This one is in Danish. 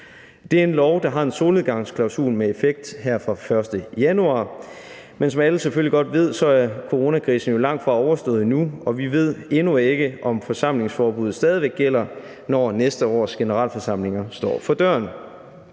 Det er en lov, der har en solnedgangsklausul med effekt her fra den 1. januar. Men som alle selvfølgelig godt ved, er coronakrisen jo langtfra overstået endnu, og vi ved endnu ikke, om forsamlingsforbuddet stadig væk gælder, når næste års generalforsamlinger står for døren.